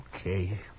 Okay